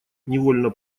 невольно